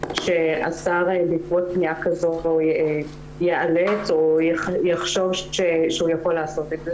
שהשר בעקבות פניה כזאת יאלץ או יחשוב שהוא יכול לעשות את זה.